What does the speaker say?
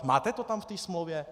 Máte to tam v té smlouvě?